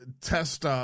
test